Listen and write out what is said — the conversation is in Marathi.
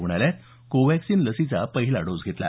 रुग्णालयात कोव्हॅक्सीन लसीचा पहिला डोस घेतला